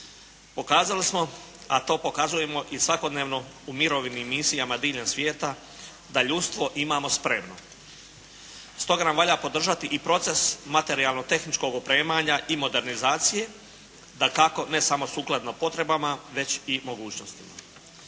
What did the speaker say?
Pokazali smo, a to pokazujemo i svakodnevno u mirovnim misijama mirovnog svijeta da ljudstvo imamo spremno. Stoga nam valja podržati i proces materijalno tehničkog opremanja i modernizacije, dakako ne samo sukladno potrebama već i mogućnostima.